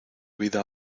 vida